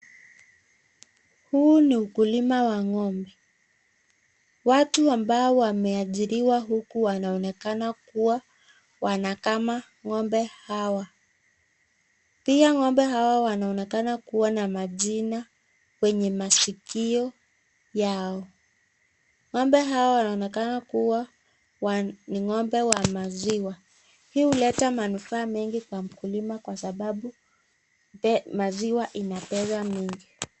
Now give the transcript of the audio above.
Huu ni ukulima wa ng'ombe. Watu ambao wameajiriwa huku wanaonekana kuwa wanakama ng'ombe hawa. Pia, ng'ombe hawa wanaonekana kuwa na majina kwenye masikio yao. Ng'ombe hawa wanaonekana kuwa ni ng'ombe wa maziwa. Hii huleta manufaa mengi kwa mkulima kwa sababu maziwa ina pesa.